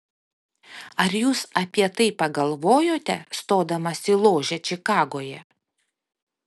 ar jūs apie tai pagalvojote stodamas į ložę čikagoje